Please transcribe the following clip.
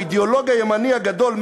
האידיאולוג הימני הגדול,